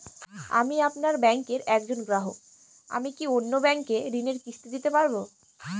আমি আপনার ব্যাঙ্কের একজন গ্রাহক আমি কি অন্য ব্যাঙ্কে ঋণের কিস্তি দিতে পারবো?